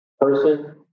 person